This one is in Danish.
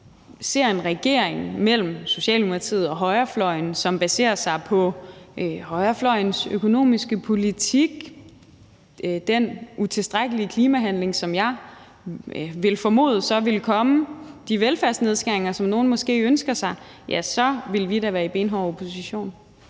ser en regering mellem Socialdemokratiet og højrefløjen, som baserer sig på højrefløjens økonomiske politik, den utilstrækkelige klimahandling, som jeg så vil formode vil komme, og de velfærdsnedskæringer, som nogle måske ønsker sig, ja, så vil vi da være i benhård opposition.